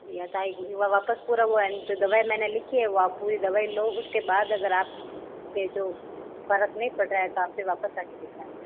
वापस पूरा वो जो दवाई मैंने लिखी है वो आप पूरी दवाई लो उसके बाद अगर आप ये जो फर्क नहीं पड़ रहा है तो आप फिर वापस आके दिखाना